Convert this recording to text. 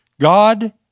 God